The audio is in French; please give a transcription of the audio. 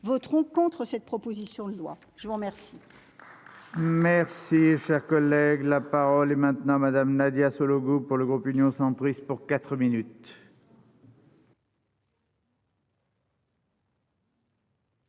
voteront contre cette proposition de loi, je vous remercie.